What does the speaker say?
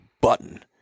button